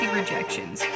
rejections